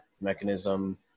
mechanism